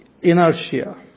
inertia